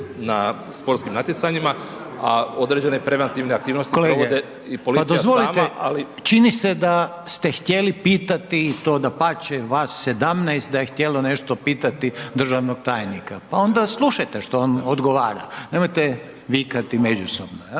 na sportskim natjecanjima, a određene preventivne aktivnosti dovodi … /Upadica Reiner: Pa kolege, dozvolite, čini se da ste htjeli pitati i to dapače vas 17 da je htjelo nešto pitati državnog tajnika, pa onda slušajte što on odgovara, nemojte vikati međusobno.